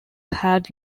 had